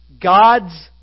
God's